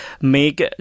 make